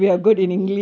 I mean